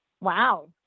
Wow